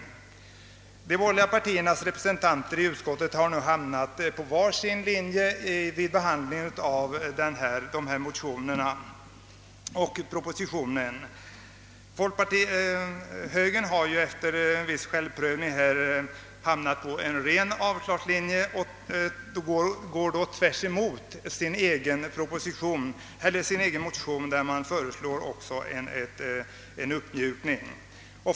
De borgerliga partiernas representanter i utskottet har nu hamnat på var sin linje vid behandlingen av propositionen och motionerna. Högern har efter en viss självprövning hamnat på en ren avslagslinje och går emot sin egen motion som föreslår en uppmjukning.